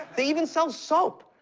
they even sell soap!